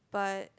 but